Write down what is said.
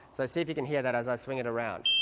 so see if you can hear that as i swing it around.